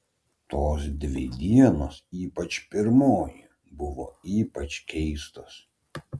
tos dvi dienos ypač pirmoji buvo ypač keistos